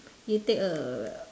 you take a